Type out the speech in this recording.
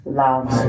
love